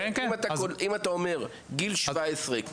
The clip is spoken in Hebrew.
אם אתה אומר גיל 17,